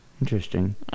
interesting